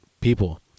people